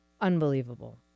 Unbelievable